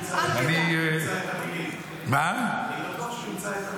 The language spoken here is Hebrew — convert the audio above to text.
אני בטוח שהוא ימצא את המילים.